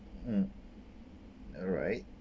mmhmm alright